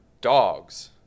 dogs